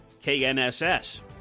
KNSS